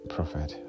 Prophet